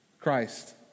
Christ